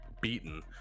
beaten